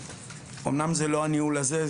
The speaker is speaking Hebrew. אמנם זה לא הניהול הזה,